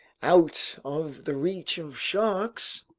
out of the reach of sharks!